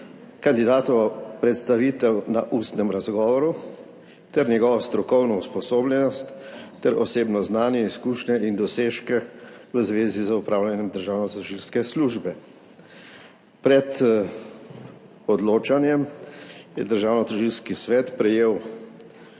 kandidatovo predstavitev na ustnem razgovoru ter njegovo strokovno usposobljenost ter osebno znanje, izkušnje in dosežke v zvezi z opravljanjem državnotožilske službe. Pred odločanjem je Državnotožilski svet prejel